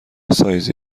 سایزی